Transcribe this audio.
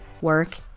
work